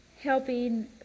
helping